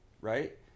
Right